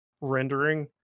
rendering